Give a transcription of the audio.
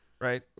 Right